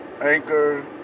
Anchor